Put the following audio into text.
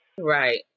right